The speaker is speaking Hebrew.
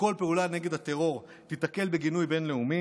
שכל פעולה נגד הטרור תיתקל בגינוי בין-לאומי